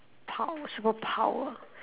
power superpower